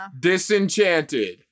Disenchanted